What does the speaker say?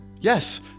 Yes